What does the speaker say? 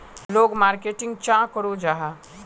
लोग मार्केटिंग चाँ करो जाहा?